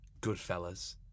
Goodfellas